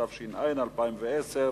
התש"ע 2010,